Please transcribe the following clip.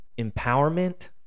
empowerment